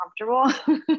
comfortable